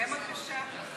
דילמה קשה.